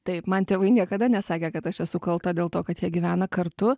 taip man tėvai niekada nesakė kad aš esu kalta dėl to kad jie gyvena kartu